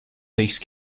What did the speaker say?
these